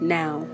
now